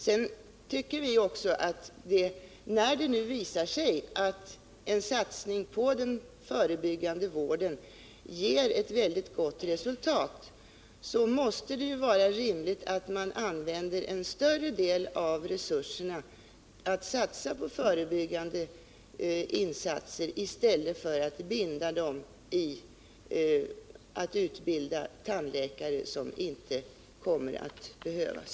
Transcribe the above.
Vi tycker också att när det nu visar sig att en satsning på den förebyggande vården ger ett väldigt gott resultat, måste det vara rimligt att man använder en större del av resurserna till förebyggande insatser i stället för att binda dem i utbildning av tandläkare som inte kommer att behövas.